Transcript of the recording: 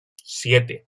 siete